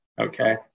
okay